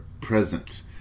present